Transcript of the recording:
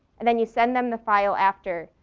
and then you send them the file after.